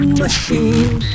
machine